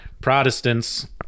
Protestants